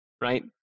right